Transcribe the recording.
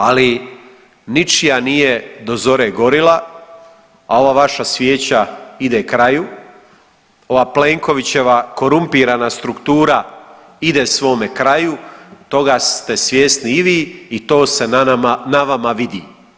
Ali ničija nije do zore gorila, a ova vaša svijeća ide kraju, ova Plenkovića korumpirana struktura ide svome kraju, toga ste svjesni i to se na vama vidi.